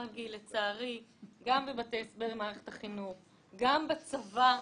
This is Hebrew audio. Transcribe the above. לצערי גם בבתי ספר במערכת החינוך וגם בצבא.